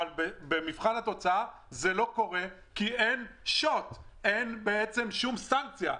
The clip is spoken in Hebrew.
אבל במבחן התוצאה זה לא קורה כי אין שוט ואין שום סנקציה.